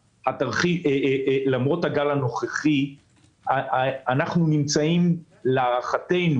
למרות הגל הנוכחי של הקורונה אנחנו נמצאים להערכתנו,